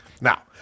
Now